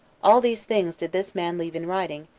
all these things did this man leave in writing,